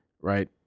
right